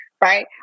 right